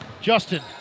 Justin